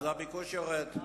הביקוש יורד.